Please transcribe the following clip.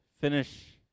finish